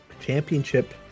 Championship